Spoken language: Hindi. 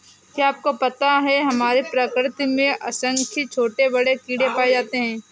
क्या आपको पता है हमारी प्रकृति में असंख्य छोटे बड़े कीड़े पाए जाते हैं?